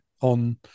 on